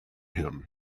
him